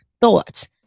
thoughts